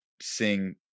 sing